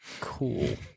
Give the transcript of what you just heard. Cool